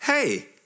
Hey